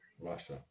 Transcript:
Russia